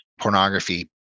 pornography